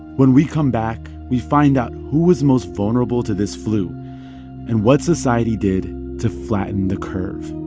when we come back, we find out who was most vulnerable to this flu and what society did to flatten the curve